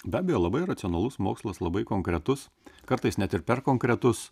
be abejo labai racionalus mokslas labai konkretus kartais net ir per konkretus